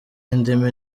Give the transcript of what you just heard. indimi